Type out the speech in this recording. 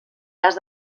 cas